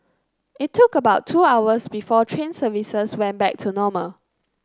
it took about two hours before train services went back to normal